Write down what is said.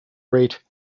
rate